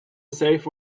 save